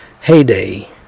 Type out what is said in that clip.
heyday